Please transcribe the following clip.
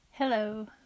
Hello